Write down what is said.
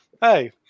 Hey